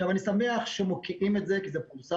אני שמח שמוקיעים את זה כי זה פורסם,